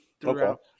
throughout